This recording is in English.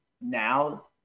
now